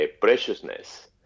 preciousness